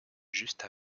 juste